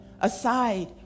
aside